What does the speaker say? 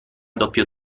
doppio